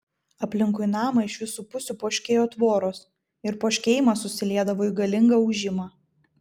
aplinkui namą iš visų pusių poškėjo tvoros ir poškėjimas susiliedavo į galingą ūžimą